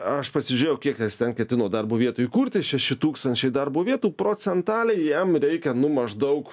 aš pasižiūrėjau kiek ten ketino darbo vietų įkurti šeši tūkstančiai darbo vietų procentaliai jam reikia nu maždaug